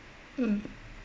mm